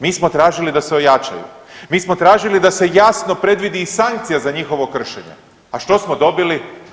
Mi smo tražili da se ojačaju, mi smo tražili da se jasno predvidi i sankcija za njihovo kršenje, a što smo dobili?